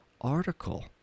Article